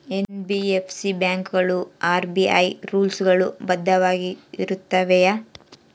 NBFC ಬ್ಯಾಂಕುಗಳು RBI rules ಗಳು ಬದ್ಧವಾಗಿ ಇರುತ್ತವೆಯ?